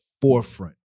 forefront